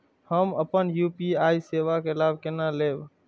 हम अपन यू.पी.आई सेवा के लाभ केना लैब?